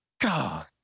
God